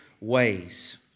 ways